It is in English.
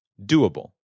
Doable